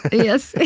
yes,